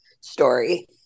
story